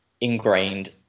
ingrained